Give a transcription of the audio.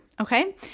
Okay